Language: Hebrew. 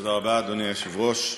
תודה רבה, אדוני היושב-ראש,